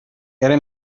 era